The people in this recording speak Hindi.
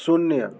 शून्य